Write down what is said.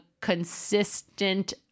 consistent